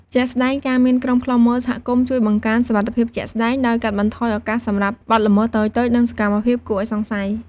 ជាក់ស្តែង ការមានក្រុមឃ្លាំមើលសហគមន៍ជួយ បង្កើនសុវត្ថិភាពជាក់ស្តែង ដោយកាត់បន្ថយឱកាសសម្រាប់បទល្មើសតូចៗ និងសកម្មភាពគួរឱ្យសង្ស័យ។